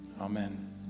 Amen